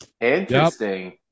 Interesting